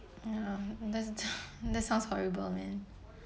ya that's the sounds horrible man